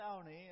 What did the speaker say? County